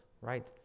right